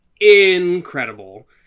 incredible